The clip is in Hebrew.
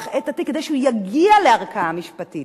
את התיק כדי שהוא יגיע לערכאה משפטית,